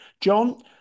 John